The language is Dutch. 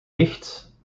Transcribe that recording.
dicht